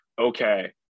okay